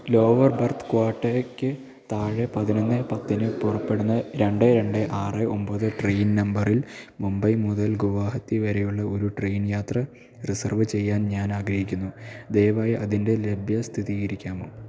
lower berth ക്വാട്ടക്ക് താഴെ പതിനൊന്ന് പത്തിന് പുറപ്പെടുന്ന രണ്ട് രണ്ട് ആറ് ഒമ്പത് ട്രെയിൻ നമ്പറിൽ മുംബൈ മുതൽ ഗുവാഹത്തി വരെയുള്ള ഒരു ട്രെയിൻ യാത്ര റിസർവ് ചെയ്യാൻ ഞാൻ ആഗ്രഹിക്കുന്നു ദയവായി അതിൻ്റെ ലഭ്യത സ്ഥിരീകരിക്കാമോ